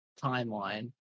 timeline